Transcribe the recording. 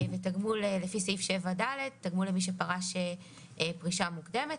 ותגמול לפי סעיף 7ד למי שפרש פרישה מוקדמת.